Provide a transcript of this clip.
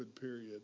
period